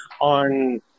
on